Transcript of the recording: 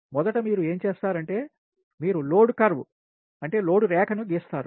మొదట మీరు ఏం చేస్తారంటే మీరు లోడ్ కర్వ్ లోడ్ రేఖని గీస్తారు